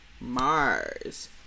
mars